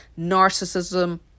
narcissism